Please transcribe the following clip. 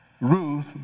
Ruth